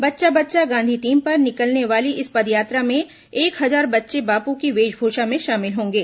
बच्चा बच्चा गांधी थीम पर निकलने वाली इस पदयात्रा में एक हजार बच्चे बापू की वेशभूषा में शामिल होंगे